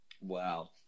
Wow